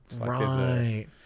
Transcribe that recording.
Right